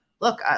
Look